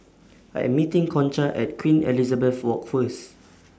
I Am meeting Concha At Queen Elizabeth Walk First